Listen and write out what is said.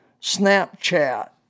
Snapchat